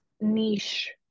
niche